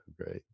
great